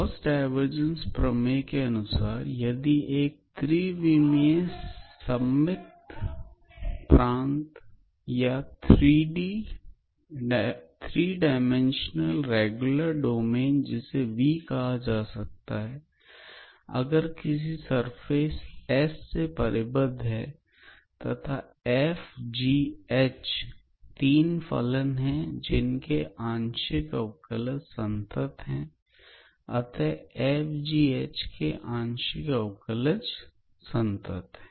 Gauss divergence प्रमेय के अनुसार यदि एक त्रिविमीय सममित प्रांत या थ्री डाइमेंशनल रेगुलर डोमेन जिसे V कहा जा सकता है अगर किसी सरफेस S से परिबद्ध है तथा fg h 3 फलन है जिनके आंशिक अवकलज संतत है अतः f g h के आंशिक अवकलज संतत है